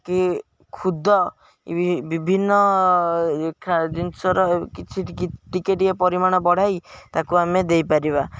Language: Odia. କି ଖୁଦ ବିଭିନ୍ନ ଜିନିଷର କିଛି ଟିକେ ଟିକେ ପରିମାଣ ବଢ଼ାଇ ତାକୁ ଆମେ ଦେଇପାରିବା